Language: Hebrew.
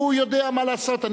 הוא יודע מה לעשות.